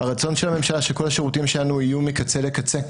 הרצון של הממשלה שכל השירותים שלנו יהיו מקצה לקצה.